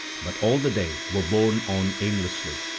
but all the day were borne on aimlessly.